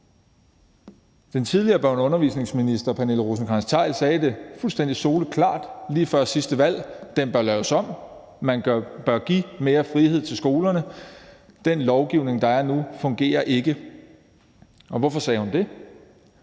Den tidligere børne- og undervisningsminister Pernille Rosenkrantz-Theil sagde det fuldstændig soleklart lige før sidste valg: Den bør laves om; man bør give mere frihed til skolerne; den lovgivning, der er nu, fungerer ikke. Og hvorfor sagde hun det?